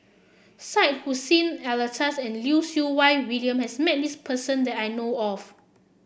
Syed Hussein Alatas and Lim Siew Wai William has met this person that I know of